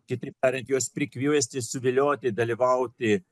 kitaip tariant juos prikviesti suvilioti dalyvauti